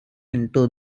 into